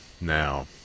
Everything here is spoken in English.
Now